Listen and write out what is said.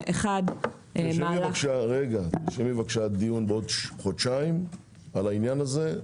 תרשמי בבקשה דיון בעוד חודשיים על העניין הזה,